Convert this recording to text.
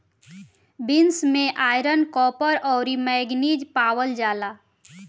beans में iron, copper, अउरी manganese पावल जाला